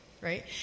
right